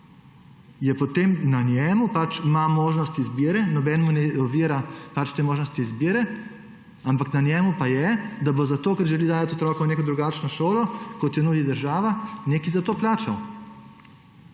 je potem na njemu, pač ima možnost izbire, nobeden mu ne ovira te možnosti izbire, ampak na njemu pa je, da bo zato, ker želi dati otroka v neko drugačno šolo, kot jo nudi država, nekaj za to plačal.